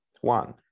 one